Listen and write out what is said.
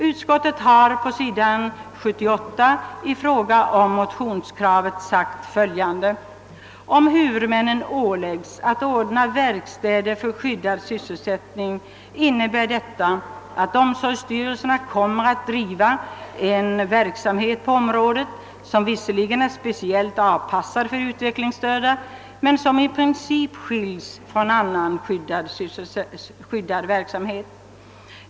Utskottet har på sidan 78 i fråga om motionskravet framhållit följande: »Om huvudmännen åläggs att ordna verkstäder för skyddad sysselsättning, innebär detta att omsorgsstyrelserna kommer att driva en verksamhet på området som visserligen är speciellt avpassad för de utvecklingsstörda men som i princip skils från annan skyddad verksamhet.